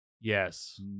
Yes